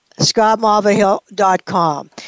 ScottMalvahill.com